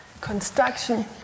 construction